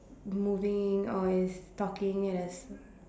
moving or is talking as